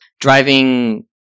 driving